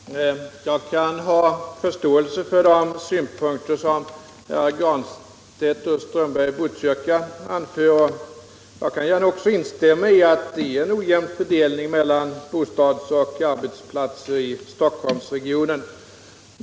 Herr talman! Jag kan ha förståelse för de synpunkter som herr Granstedt och herr Strömberg i Botkyrka anför, och jag kan också instämma i att det är en ojämn fördelning mellan bostäder och arbetsplatser i Stockholmsregionen.